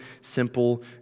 simple